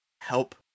Help